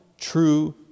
true